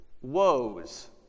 woes